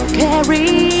carry